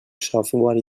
software